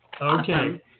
Okay